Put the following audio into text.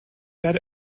that